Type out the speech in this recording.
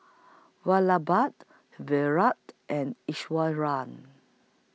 Virat and Iswaran